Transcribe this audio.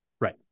Right